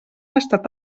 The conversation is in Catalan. estat